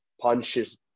punches